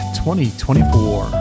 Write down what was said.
2024